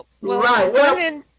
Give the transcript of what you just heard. Right